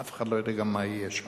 אף אחד לא יודע גם מה יהיה שם.